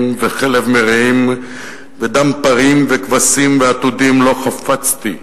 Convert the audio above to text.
וחלב מריאים ודם פרים וכבשים ועתודים לא חפצתי.